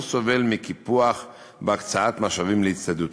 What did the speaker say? סובל מקיפוח בהקצאת משאבים להצטיידות.